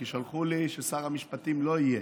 כי שלחו לי ששר המשפטים לא יהיה.